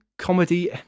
comedy